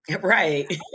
Right